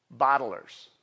Bottlers